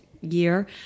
year